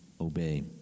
obey